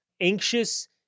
anxious